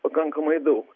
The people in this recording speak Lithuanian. pakankamai daug